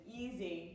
easy